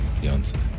Beyonce